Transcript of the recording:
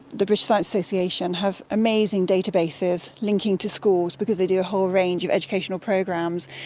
the british science association have amazing databases linking to schools, because they do a whole range of educational programs.